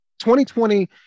2020